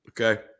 Okay